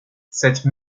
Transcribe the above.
cette